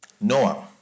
Noah